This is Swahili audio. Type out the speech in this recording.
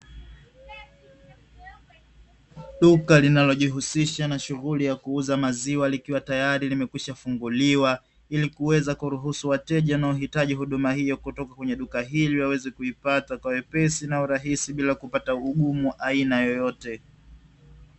Duka linalojihusisha na shughuli ya kuuza maziwa likiwa tayari limekwisha funguliwa, ili kuweza kuruhusu wateja wanaohitaji huduma hiyo kutoka kwenye duka hili waweze kuipata kwa wepesi na urahisi bila kupata ugumu wa aina yoyote.